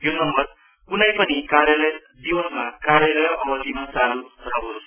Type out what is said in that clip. यो नम्बर कुनै पनि कार्यदिवसमा कार्यलय अवधिमा चालु रहनेछ